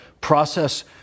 process